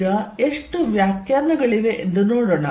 ಈಗ ಎಷ್ಟು ವ್ಯಾಖ್ಯಾನಗಳಿವೆ ಎಂದು ನೋಡೋಣ